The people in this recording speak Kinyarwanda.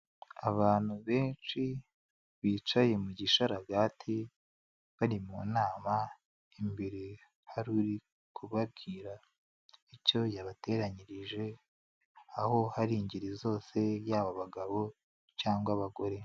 Abantu benshi bicaye mu gishararagati bari mu nama imbere hariri kubabwira icyo yabateranyirije, aho hari ingeri zose yaba abagabo cyangwa abagore.